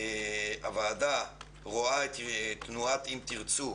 הוועדה רואה את תנועת "אם תרצו"